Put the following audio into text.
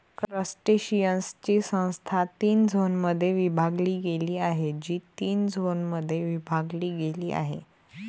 क्रस्टेशियन्सची संस्था तीन झोनमध्ये विभागली गेली आहे, जी तीन झोनमध्ये विभागली गेली आहे